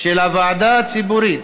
של הוועדה הציבורית